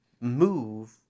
move